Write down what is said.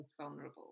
vulnerable